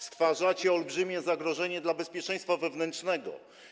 Stwarzacie olbrzymie zagrożenie dla bezpieczeństwa wewnętrznego.